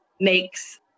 makes